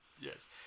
Yes